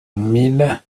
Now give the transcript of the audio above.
mille